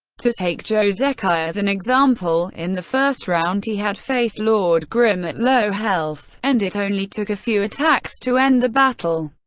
to take zhou zekai as an example, in the first round he had faced lord grim at low health, and it only took a few attacks to end the battle.